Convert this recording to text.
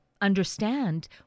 understand